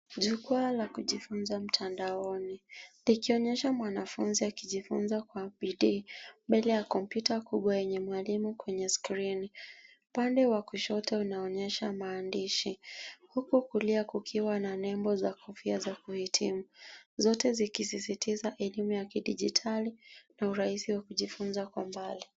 Jukwaa la kujifunza mtandaoni likionyesha mwanafunzi akijifunza kwa bidii mbele ya kompyuta kubwa yenye mwalimu kwenye skrini. Upande wa kushoto unaonyesha maandishi, huku kulia kukiwa na nembo za kofia za kuhitimu, zote zikisisitiza elimu ya kidijitali na urahisi wa kujifunza kwa mbali.